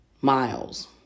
Miles